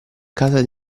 casa